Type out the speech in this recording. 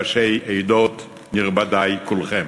ראשי עדות, נכבדי כולכם,